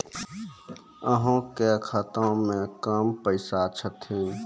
अहाँ के खाता मे कम पैसा छथिन?